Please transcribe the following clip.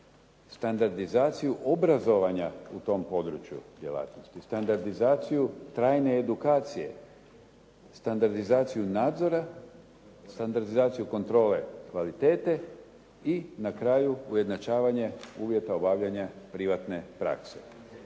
standardizaciju obrazovanja u tom području djelatnosti, standardizacija trajne edukacije, standardizaciju nadzora i standardizaciju kontrole kvalitete i na kraju ujednačavanje uvjeta obavljanja privatne prakse.